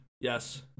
Yes